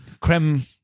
creme